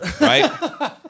right